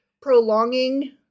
prolonging